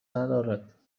ندارد